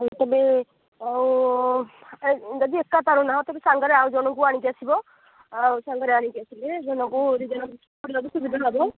ମୁଁ କହିଲି ଆଉ ଆଉ ଯଦି ଏକା ପାରୁନା ଆଉ ସାଙ୍ଗରେ ଆଉ ଜଣକୁ ଆଣିକି ଆସିବ ସାଙ୍ଗରେ ଆଣିକି ଆସିଲେ ତୁମକୁ ସୁବିଧା ହେବ